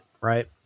right